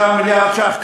6 מיליארד ש"ח.